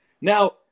Now